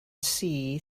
sea